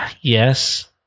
Yes